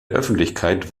öffentlichkeit